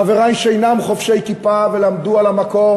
חברי שאינם חובשי כיפה ולמדו על המקור,